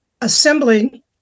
Assembly